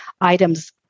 items